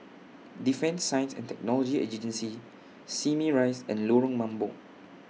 Defence Science and Technology Simei Rise and Lorong Mambong